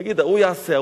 להגיד: ההוא יעשה,